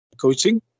Coaching